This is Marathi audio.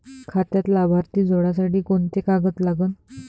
खात्यात लाभार्थी जोडासाठी कोंते कागद लागन?